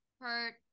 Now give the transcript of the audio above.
hurt